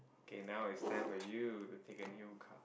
K now it's time for you to take a new card